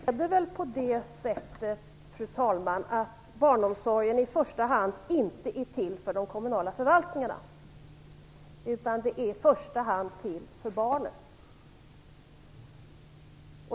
Fru talman! Nu är väl barnomsorgen inte i första hand till för de kommunala förvaltningarna utan för barnen.